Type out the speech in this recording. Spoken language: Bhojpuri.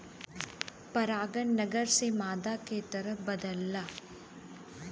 परागन नर से मादा के तरफ बदलला